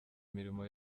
imirimo